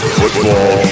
football